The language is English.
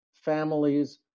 families